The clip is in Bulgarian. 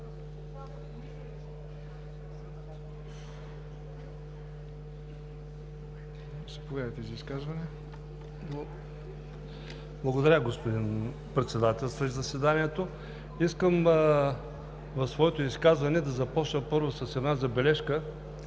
Благодаря, господин председателстващ заседанието. Искам в своето изказване, първо, да започна с една забележка